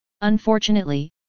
Unfortunately